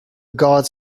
gods